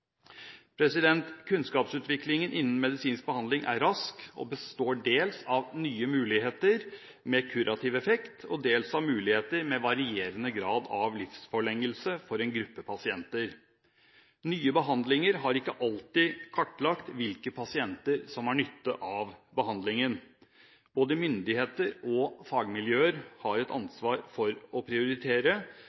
Kunnskapsutviklingen innenfor medisinsk behandling er rask og består dels av nye muligheter med kurativ effekt og dels av muligheter med varierende grad av livsforlengelse for en gruppe pasienter. Nye behandlinger har ikke alltid kartlagt hvilke pasienter som har nytte av behandlingen. Både myndigheter og fagmiljøer har et ansvar for å prioritere,